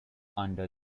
under